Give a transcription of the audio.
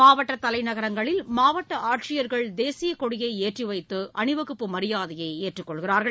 மாவட்ட தலைநகரங்களில் மாவட்ட ஆட்சியர்கள் தேசியக் கொடியை ஏற்றிவைத்து அணிவகுப்பு மரியாதையை ஏற்றுக் கொள்கிறார்கள்